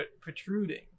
protruding